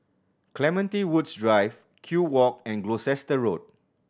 Clementi Woods Drive Kew Walk and Gloucester Road